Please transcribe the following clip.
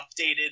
updated